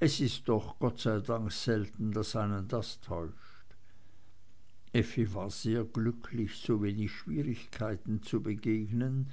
es ist doch gott sei dank selten daß einen das täuscht effi war sehr glücklich so wenig schwierigkeiten zu begegnen